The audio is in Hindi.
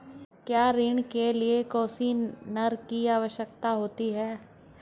क्या ऋण के लिए कोसिग्नर की आवश्यकता होती है?